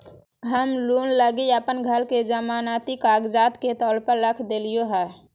हम लोन लगी अप्पन घर के जमानती कागजात के तौर पर रख देलिओ हें